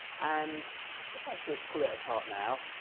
and if i sort of pull it apart now,